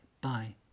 bye